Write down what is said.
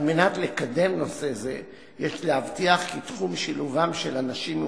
על מנת לקדם נושא זה יש להבטיח כי תחום שילובם של אנשים עם